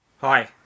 Hi